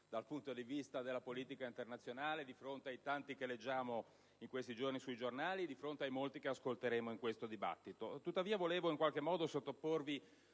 dal punto di vista della politica internazionale, di fronte ai tanti che leggiamo in questi giorni sui giornali e di fronte ai molti che ascolteremo in questo dibattito. Tuttavia, volevo in qualche modo sottoporvi